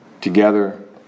together